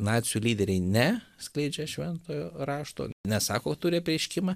nacių lyderiai ne skleidžia šventojo rašto nesako turi apreiškimą